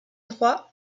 droit